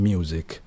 Music